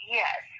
yes